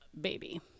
baby